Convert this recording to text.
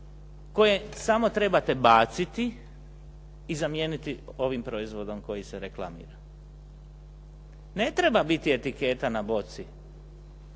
koje samo trebate baciti i zamijeniti ovim proizvodom koji se reklamira. Ne treba biti etiketa na boci